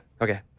Okay